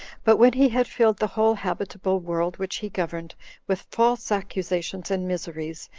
but when he had filled the whole habitable world which he governed with false accusations and miseries,